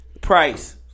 Price